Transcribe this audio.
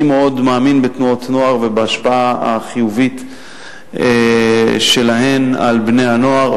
אני מאוד מאמין בתנועות נוער ובהשפעה החיובית שלהן על בני-הנוער,